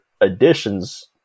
additions